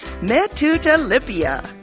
Metutalipia